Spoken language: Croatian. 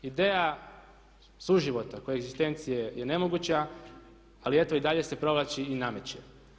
Ideja suživota koegzistencije je nemoguća ali eto i dalje se provlači i nameće.